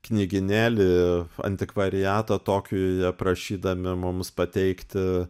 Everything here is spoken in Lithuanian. knygynėlį antikvariatą tokijuje prašydami mums pateikti